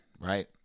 right